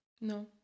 No